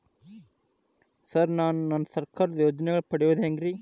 Sir ನಾನು ಸರ್ಕಾರ ಯೋಜೆನೆಗಳನ್ನು ಪಡೆಯುವುದು ಹೆಂಗ್ರಿ?